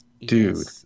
Dude